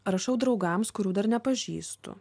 rašau draugams kurių dar nepažįstu